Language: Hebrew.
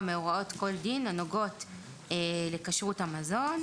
מהוראות כל דין הנוגעות לכשרות המזון".